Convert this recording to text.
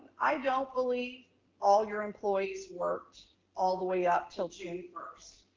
i don't believe all your employees worked all the way up til june first.